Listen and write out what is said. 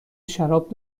شراب